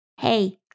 hey